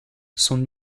son